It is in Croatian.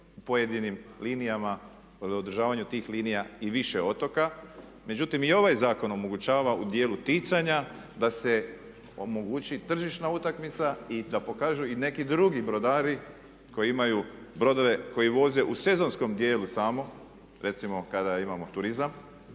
pojedinim linijama ili održavanju tih linija i više otoka. Međutim i ovaj zakon omogućava u dijelu ticanja da se omogući tržišna utakmica i da pokažu i neki drugi brodari kojim imaju brodove koje voze u sezonskom dijelu samo, recimo kada imamo turizam